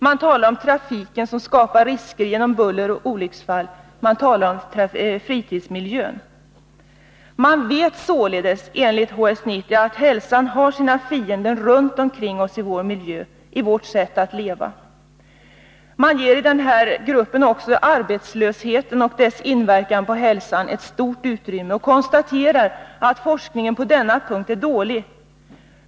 Man talar om trafiken, som skapar risker genom buller och olycksfall, och man talar om fritidsmiljön. Enligt HS-90 vet man således att hälsan har sina fiender runt omkring oss i vår miljö, i vårt sätt att leva. HS-90 ger också arbetslösheten och dess inverkan på hälsan ett stort utrymme, och gruppen konstaterar att forskningen på denna punkt är dålig.